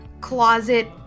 closet